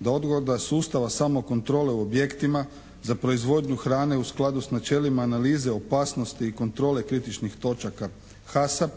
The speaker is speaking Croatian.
da odgoda sustava samokontrole u objektima za proizvodnju hrane u skladu sa načelima analize, opasnosti i kontrole kritičnih točaka HAS-a